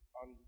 on